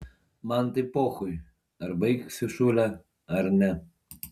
man tai pochui ar baigsiu šūlę ar ne